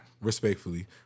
respectfully